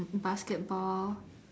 basketball